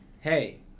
Hey